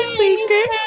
secret